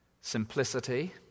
simplicity